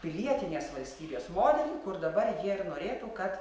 pilietinės valstybės modelį kur dabar jie ir norėtų kad